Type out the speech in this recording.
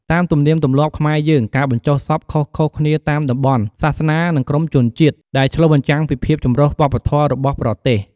តាមទំនៀមទំលាប់ខ្មែរយើង ការបញ្ចុះសពខុសៗគ្នាតាមតំបន់ សាសនា និងក្រុមជនជាតិ ដែលឆ្លុះបញ្ចាំងពីភាពចម្រុះវប្បធម៌របស់ប្រទេស។